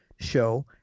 show